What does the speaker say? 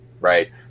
right